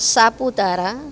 Saputara